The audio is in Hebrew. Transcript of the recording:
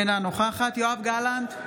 יואב גלנט,